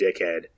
dickhead